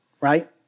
right